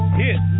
hit